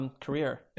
career